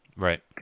Right